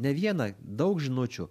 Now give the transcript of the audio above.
ne vieną daug žinučių